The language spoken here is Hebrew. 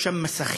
יש שם מסכים,